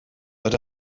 but